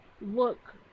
look